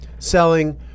Selling